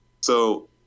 so-